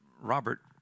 Robert